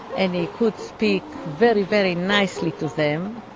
and he could speak very very nicely to them.